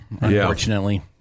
unfortunately